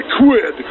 quit